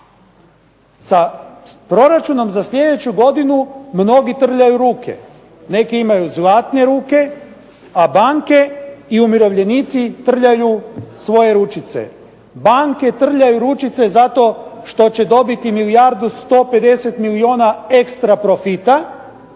Sa proračunom sa sljedeću godinu mnogi trljaju ruke, neki imaju zlatne ruke, a banke i umirovljenici trljaju svoje ručice. Banke trljaju ručice zato što će dobiti milijardu 150 milijuna ekstra profita,